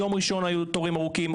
יום ראשון היו תורים ארוכים,